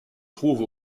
trouve